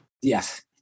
Yes